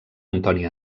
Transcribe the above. antoni